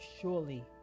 Surely